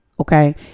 Okay